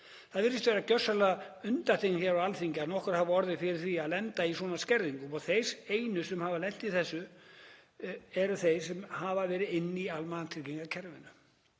Það virðist vera gjörsamlega undantekning hér á Alþingi að nokkur hafi orðið fyrir því að lenda í svona skerðingum og þeir einu sem hafa lent í þessu eru þeir sem hafa verið inni í almannatryggingakerfinu.